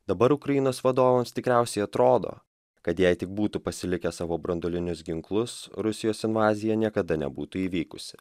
dabar ukrainos vadovams tikriausiai atrodo kad jei tik būtų pasilikę savo branduolinius ginklus rusijos invazija niekada nebūtų įvykusi